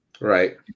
Right